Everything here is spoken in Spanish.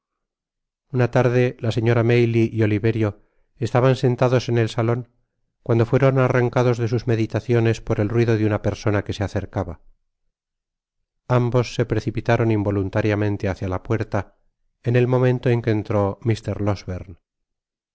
una larde la señora maylie y oliverio estaban sentados en el salon cuando fueron arrancados de sus meditaciones por el ruido de una persona que se acercaba ambos se precipitaron involuntariamente hácia la puerta en el momento en que entró